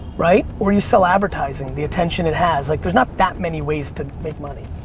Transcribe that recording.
right, or you sell advertising, the attention it has. like there's not that many ways to make money.